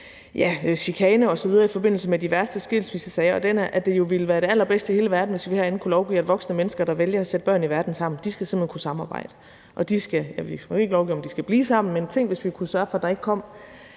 chikane osv. i forbindelse med de værste skilsmissesager, at det jo ville være det allerbedste i hele verden, hvis vi herinde kunne lovgive om, at voksne mennesker, der vælger at sætte børn i verden sammen, simpelt hen skal kunne samarbejde. Vi kan ikke lovgive om, at de skal blive sammen, men tænk, hvis vi kunne sørge for, at der ikke kom